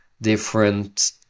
different